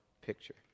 picture